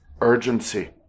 urgency